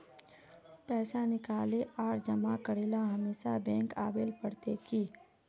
पैसा निकाले आर जमा करेला हमेशा बैंक आबेल पड़ते की?